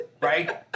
Right